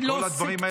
כל הדברים האלה,